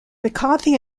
mccarthy